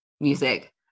music